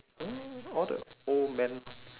no all the old man